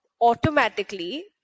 automatically